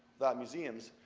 without museums,